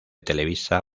televisa